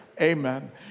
amen